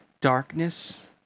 darkness